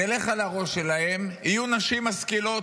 נלך על הראש שלהם, יהיו נשים משכילות.